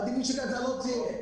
מעדיפים שקצא"א לא תהיה.